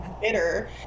bitter